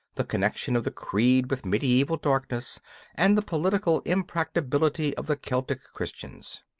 the connection of the creed with mediaeval darkness and the political impracticability of the celtic christians.